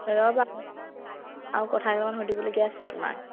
ৰ'বা আৰু কথা কেইটামান সুধিবলগীয়া আছে তোমাক